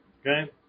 Okay